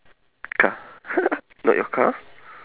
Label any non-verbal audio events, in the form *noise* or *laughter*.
car *laughs* not your car